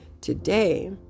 today